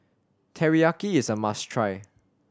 teriyaki is a must try